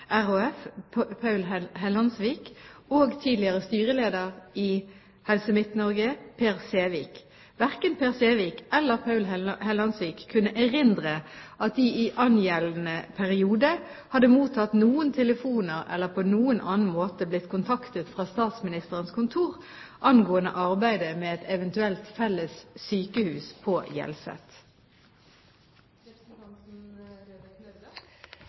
Paul Hellandsvik, og tidligere styreleder i Helse Midt-Norge RHF, Per Sævik. Verken Per Sævik eller Paul Hellandsvik kunne erindre at de i angjeldende periode hadde mottatt noen telefoner eller på annen måte blitt kontaktet fra Statsministerens kontor angående arbeidet med et eventuelt felles sykehus på